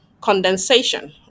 Condensation